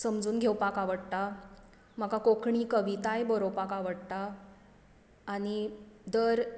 समजून घेवपाक आवडटा म्हाका कोंकणी कविताय बरोवपाक आवडटात आनी दर